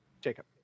Jacob